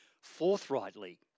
forthrightly